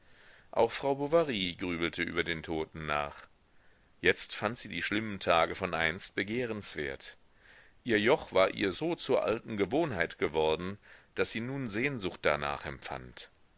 auch frau bovary grübelte über den toten nach jetzt fand sie die schlimmen tage von einst begehrenswert ihr joch war ihr so zur alten gewohnheit geworden daß sie nun sehnsucht darnach empfand